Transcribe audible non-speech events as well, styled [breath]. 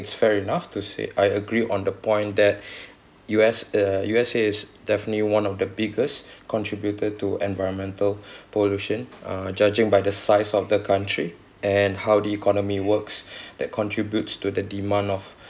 it's fair enough to say I agree on the point that [breath] U_S uh U_S_A is definitely one of the biggest contributor to environmental [breath] pollution uh judging by the size of the country and how the economy works [breath] that contributes to the demand of